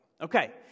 Okay